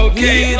Okay